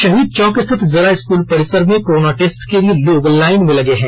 शहीद चौक स्थित जिला स्कूल परिसर में कोरोना टेस्ट के लिए लोग लाईन में लगे हैं